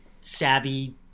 savvy